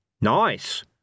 Nice